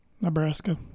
Nebraska